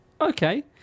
okay